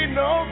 no